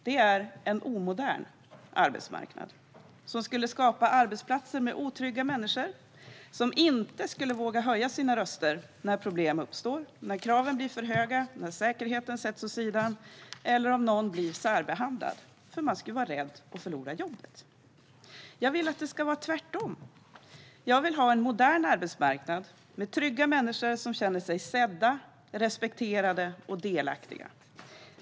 Den är omodern och skulle skapa arbetsplatser med otrygga människor, som inte skulle våga höja sina röster när problem uppstår, när kraven blir för höga, när säkerheten sätts åt sidan eller om någon blir särbehandlad. Folk skulle vara rädda för att förlora jobbet. Jag vill att det ska vara tvärtom. Jag vill ha en modern arbetsmarknad med trygga människor som känner sig sedda, respekterade och delaktiga.